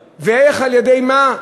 ואיך, על-ידי מה?